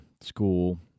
school